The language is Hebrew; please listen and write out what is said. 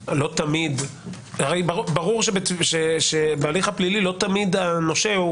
והרי ברור שבהליך הפלילי לא תמיד הנושה הוא